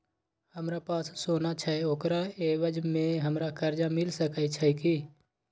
हमरा पास सोना छै ओकरा एवज में हमरा कर्जा मिल सके छै की?